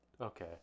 okay